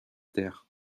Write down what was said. terre